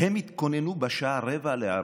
הם התכוננו, בשעה 15:45,